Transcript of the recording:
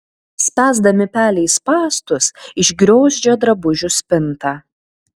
spęsdami pelei spąstus išgriozdžia drabužių spintą